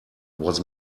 was